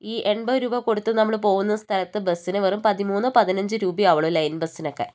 ഈ എൺപത് രൂപ കൊടുത്തു നമ്മുൾ പോകുന്ന സ്ഥലത്ത് ബസ്സിന് വെറും പതിമൂന്ന് പതിനഞ്ച് രൂപയേ ആവുകയുള്ളൂ ലൈൻ ബസ്സിനൊക്കെ